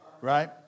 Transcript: right